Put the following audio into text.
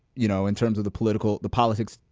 you know, in terms of the political, the politics,